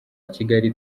kigali